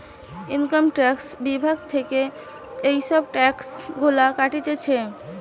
income tax বিভাগ থিকে এসব ট্যাক্স গুলা কাটছে